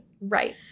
Right